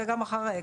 וגם אחרי,